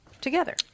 together